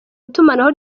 itumanaho